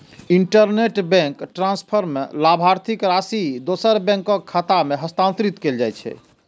interbank transfer मे लाभार्थीक राशि दोसर बैंकक खाता मे हस्तांतरित कैल जाइ छै